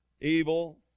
Evil